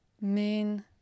main